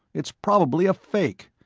it's probably a fake.